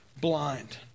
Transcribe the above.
blind